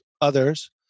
others